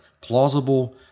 plausible